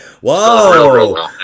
Whoa